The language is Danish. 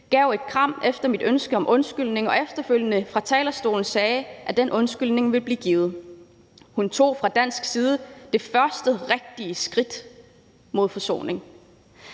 gav et kram efter mit ønske om undskyldning og efterfølgende fra talerstolen sagde, at den undskyldning ville blive givet. Hun tog fra dansk side det første rigtige skridt mod forsoning.